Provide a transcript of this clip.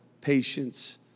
patience